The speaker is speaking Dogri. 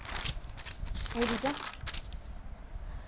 एह् चीज़ां